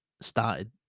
started